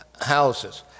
houses